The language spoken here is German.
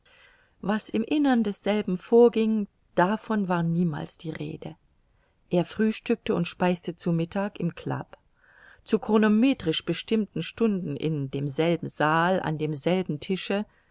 was im innern desselben vorging davon war niemals die rede er frühstückte und speiste zu mittag im club zu chronometrisch bestimmten stunden in demselben saal an demselben tische